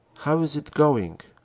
how is it going?